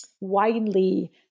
widely